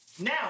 Now